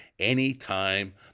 Anytime